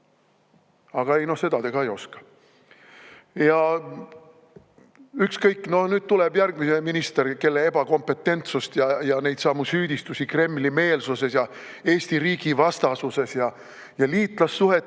Aga ei, seda te ka ei oska. Ja ükskõik, nüüd tuleb järgmine minister, kelle ebakompetentsust ja neidsamu süüdistusi meie Kremli-meelsuses ja Eesti riigi vastasuses ja liitlassuhete